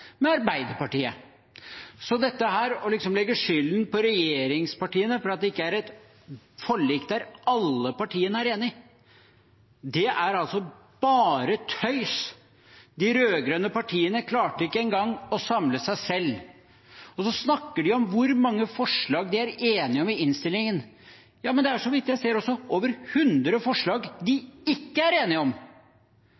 legge skylden på regjeringspartiene for at det ikke er et forlik der alle partiene er enige, er altså bare tøys. De rød-grønne partiene klarte ikke engang å samle seg selv. Og så snakker de om hvor mange forslag de er enige om i innstillingen. Det er så vidt jeg ser, også over 100 forslag de